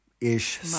ish